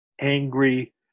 angry